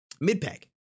mid-pack